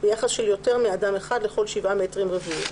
ביחס של יותר מאדם אחד לכל 7 מטרים רבועים.